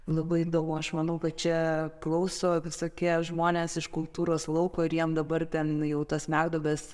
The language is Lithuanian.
labai įdomu aš manau kad čia klauso visokie žmonės iš kultūros lauko ir jiem dabar ten jau tos smegduobės